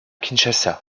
kinshasa